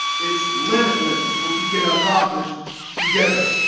it's limitless what you can accomplish together